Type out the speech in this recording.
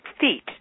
feet